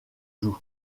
joue